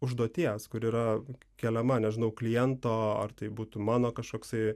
užduoties kuri yra keliama nežinau kliento ar tai būtų mano kažkoksai